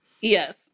Yes